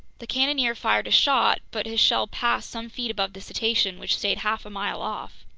the cannoneer fired a shot, but his shell passed some feet above the cetacean, which stayed half a mile off.